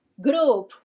group